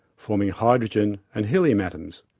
forming hydrogen and helium atoms.